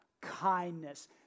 Kindness